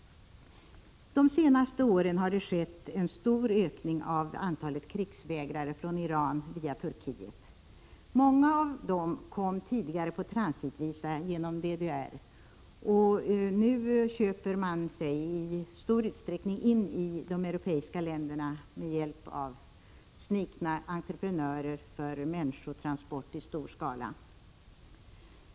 De senaste åren har det skett en stor ökning av antalet krigsvägrare från Iran via Turkiet. Många av dem kom tidigare på transitvisum via DDR. Nu köper man sig i stor utsträckning in i de europeiska länderna med hjälp av snikna entreprenörer för människotransport i stor skala.